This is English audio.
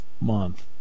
month